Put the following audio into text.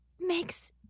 makes